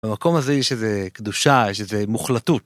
במקום הזה יש איזה קדושה, יש איזה מוחלטות.